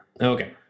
Okay